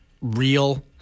real